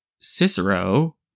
cicero